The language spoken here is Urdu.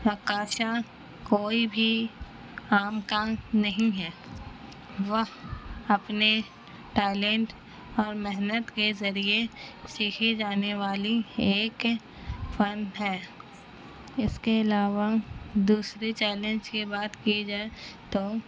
رقاصہ کوئی بھی عام کام نہیں ہے وہ اپنے ٹیلنٹ اور محنت کے ذریعے سیکھی جانے والی ایک فن ہے اس کے علاوہ دوسری چیلنج کی بات کی جائے تو